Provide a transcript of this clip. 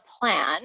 plan